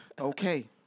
okay